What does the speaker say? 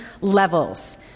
levels